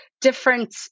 different